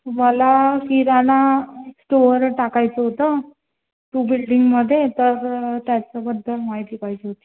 मला किराणा स्टोअर टाकायचं होतं टू बिल्डिंगमध्ये तर त्याच्याबद्दल माहिती पाहिजे होती